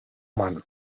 mann